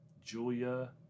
Julia